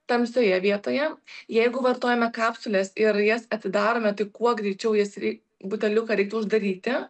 tamsioje vietoje jeigu vartojame kapsules ir jas atidarome tai kuo greičiau jas rei buteliuką reiktų uždaryti